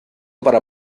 para